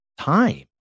time